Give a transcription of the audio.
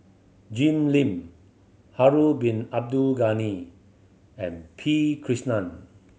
Jim Lim Harun Bin Abdul Ghani and P Krishnan